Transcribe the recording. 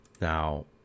Now